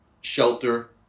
shelter